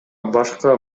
башка